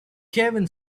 cavan